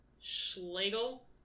Schlegel